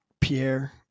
pierre